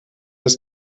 ist